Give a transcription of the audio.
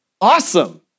awesome